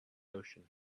ocean